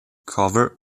covert